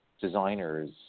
designers